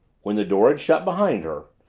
when the door had shut behind her,